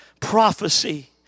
prophecy